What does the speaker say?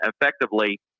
effectively